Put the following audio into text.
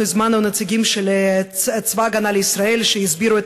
הזמנו נציגים של צבא ההגנה לישראל שיסבירו את